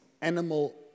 animal